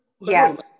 Yes